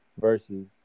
versus